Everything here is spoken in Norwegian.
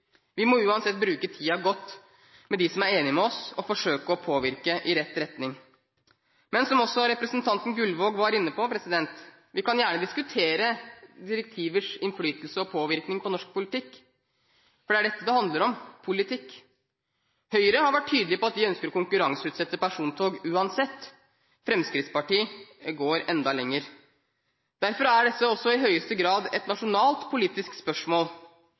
Vi må uansett bruke tiden godt med dem som er enige med oss, og forsøke å påvirke i rett retning. Men – som også representanten Gullvåg var inne på – vi kan gjerne diskutere direktivers innflytelse og påvirkning på norsk politikk, for det er dette det handler om – politikk. Høyre har vært tydelig på at de ønsker å konkurranseutsette persontog, uansett. Fremskrittspartiet går enda lenger. Derfor er dette i høyeste grad et nasjonalt politisk spørsmål,